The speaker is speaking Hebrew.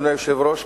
אדוני היושב-ראש,